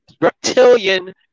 reptilian